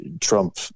Trump